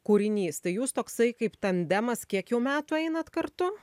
kūrinys tai jūs toksai kaip tandemas kiek jau metų einat kartu